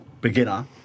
beginner